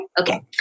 Okay